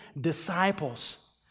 disciples